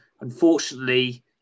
Unfortunately